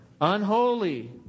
unholy